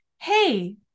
hey